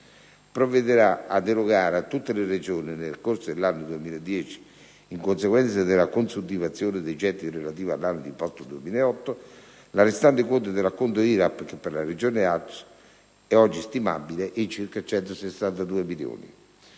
provvederà ad erogare a tutte le Regioni nel corso dell'anno 2010, in conseguenza della consuntivazione dei gettiti relativi all'anno d'imposta 2008, la restante quota dell'acconto IRAP, che per la regione Lazio è ad oggi stimabile in circa 162 milioni